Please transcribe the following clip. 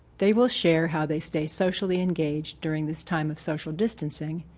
they will share how they stay socially engaged during this time of social distancing.